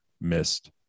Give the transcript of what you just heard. missed